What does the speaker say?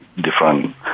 different